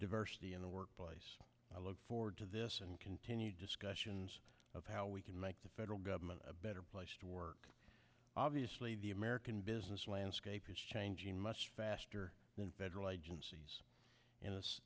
diversity in the workplace i look forward to this and continue discussions of how we can make the federal government a better place to work obviously the american business landscape is changing much faster than federal agencies in this